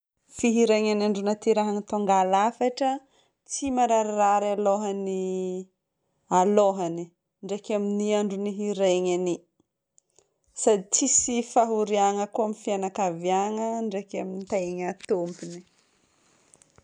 Fiheregnagn'ny andro nahaterahana tonga lafatra, tsy mararirary alôhan'ny- alôhany. Ndraiky amin'ny andro iheregnagny iny, sady tsisy fahoriana koa amin'ny fianakaviana, ndraiky amin'ny tegna tompony.